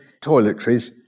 toiletries